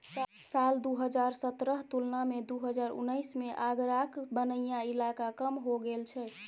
साल दु हजार सतरहक तुलना मे दु हजार उन्नैस मे आगराक बनैया इलाका कम हो गेल छै